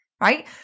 right